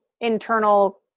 internal